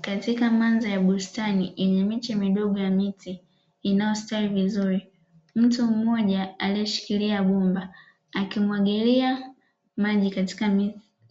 Katika mandhari ya bustani yenye miche midogo ya miti inayostawi vizuri, mtu mmoja aliyeshikilia bomba akimwagilia maji katika